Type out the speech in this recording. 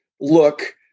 look